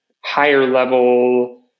higher-level